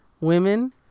women